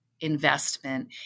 investment